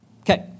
Okay